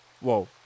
Whoa